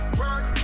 work